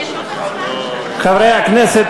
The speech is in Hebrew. חברי הכנסת,